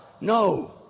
No